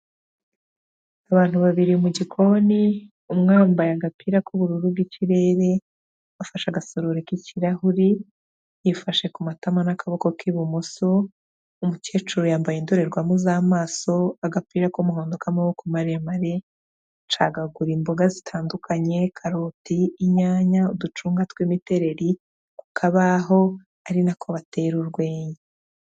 Abantu babiri mu gikoni umwe yambaye agapira k'ubururu bw'ikirere afashe agasorori k'kirahuri yifashe ku matama n'akaboko k'ibumoso umukecuru yambaye indorerwamo z'amaso agapira k'umuhondo k'amaboko maremare acagagura imboga zitandukanye, karoti, inyanya, uducunga tw'imitereri ku kabaho ari nako batera urwenya.